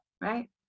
Right